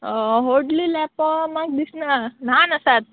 व्होडली लेपो म्हाक दिसना ल्हान आसात